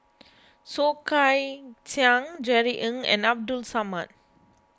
Soh Kay Siang Jerry Ng and Abdul Samad